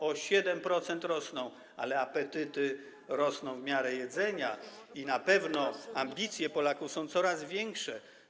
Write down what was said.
o 7% rosną, ale apetyty rosną w miarę jedzenia i na pewno ambicje Polaków są coraz większe.